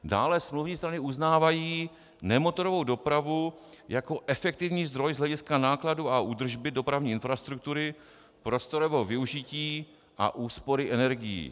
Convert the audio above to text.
Dále smluvní strany uznávají nemotorovou dopravu jako efektivní zdroj z hlediska nákladů a údržby dopravní infrastruktury, prostorového využití a úspory energií.